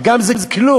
שגם זה כלום,